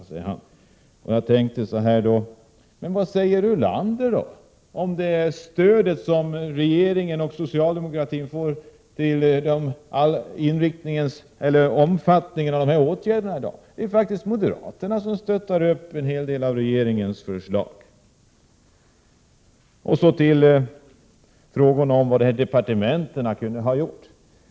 Men vad säger Ulander om det stöd som regeringen och socialdemokratin får för åtgärdernas omfattning? Det är faktiskt moderater — Prot. 1987/88:86 na som stöttar upp en hel del av regeringens förslag. 17 mars 1988 Så till frågan om vad departementen kunde ha gjort.